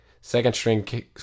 Second-string